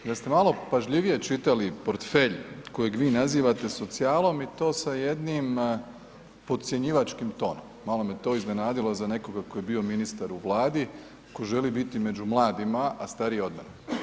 Da ste malo pažljivije čitali portfelj kojeg vi nazivate socijalom i to sa jednim podcjenjivačkim tonom, malo me to iznenadilo za nekoga tko je bio ministar u Vladi, tko želi biti među mladima, a stariji je od mene.